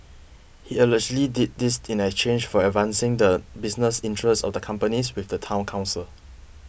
he allegedly did this in exchange for advancing the business interests of the companies with the Town Council